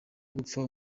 gupfa